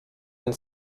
and